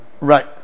right